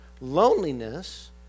Loneliness